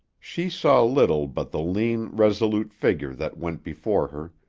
she saw little but the lean, resolute figure that went before her,